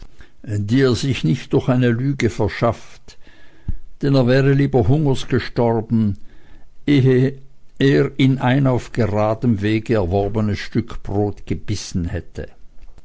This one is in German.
die er sich nicht durch eine lüge verschafft denn er wäre lieber hungers gestorben eh er in ein auf gradem wege erworbenes stück brot gebissen hätte